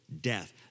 death